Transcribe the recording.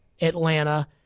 Atlanta